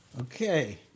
Okay